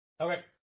Okay